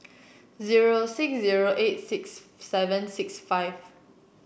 zero six zero eight six seven six five